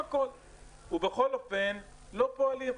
ובכל אופן לא פועלים.